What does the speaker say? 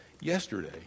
yesterday